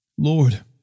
Lord